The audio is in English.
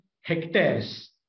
hectares